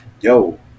yo